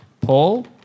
Paul